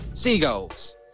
Seagulls